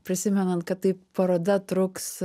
prisimenant kad taip paroda truks